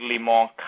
more